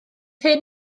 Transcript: hyn